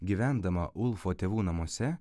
gyvendama ulfo tėvų namuose